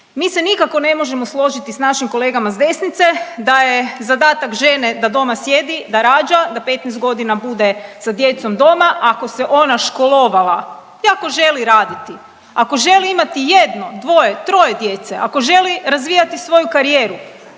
Mi se nikako ne možemo složiti s našim kolega s desnice da je zadatak žene da doma sjedi, da rađa, da 15 godina bude sa djecom doma ako se ona školovala i ako želi raditi, ako želi imati jedno, dvoje, troje djece, ako želi razvijati svoju karijeru